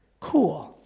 cool.